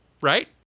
right